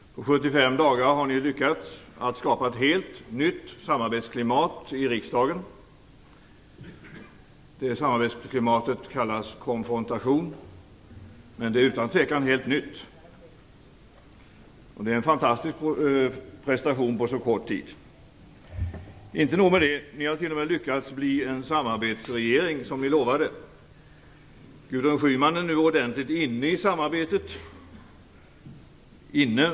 På 75 dagar har ni lyckats med att skapa ett helt nytt samarbetsklimat i riksdagen. Det samarbetsklimatet kallas konfrontation, men det är utan tvekan helt nytt. Det är en fantastisk prestation på så kort tid. Inte nog med det, ni har t.o.m. lyckats bli en samarbetsregering, som ni lovade. Gudrun Schyman är nu ordentligt inne i samarbetet.